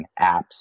apps